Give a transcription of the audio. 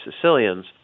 Sicilians